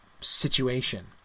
situation